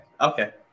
Okay